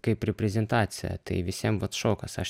kaip reprezentaciją tai visiem vat šokas aš